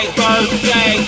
birthday